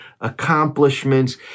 accomplishments